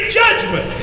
judgment